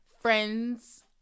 friends